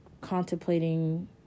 contemplating